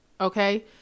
okay